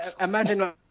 Imagine